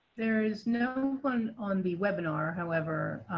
there is no one on the webinar. however,